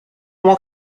mois